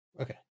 Okay